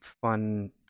fun